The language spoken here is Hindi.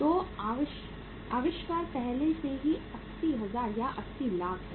तो आविष्कार पहले से ही 80000 या 80 लाख है